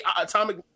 atomic